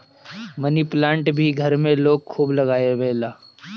मनी plant भी घर में लोग खूब लगावेला